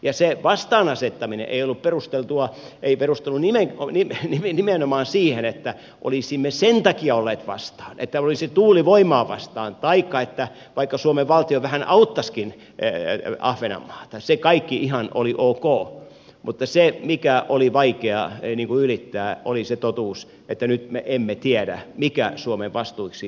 ja se vastaan asettuminen ei ollut perusteltua ei perustu niin ei perustunut nimenomaan siihen että olisimme sen takia olleet vastaan että olisimme tuulivoimaa vastaan ja vaikka suomen valtio vähän auttaisikin ahvenanmaata se kaikki oli ihan ok mutta se mikä oli vaikeaa ylittää oli se totuus että nyt me emme tiedä mikä suomen vastuiksi lopulta tulee